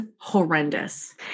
horrendous